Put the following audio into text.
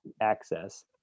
access